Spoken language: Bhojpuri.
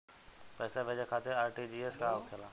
पैसा भेजे खातिर आर.टी.जी.एस का होखेला?